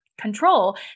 control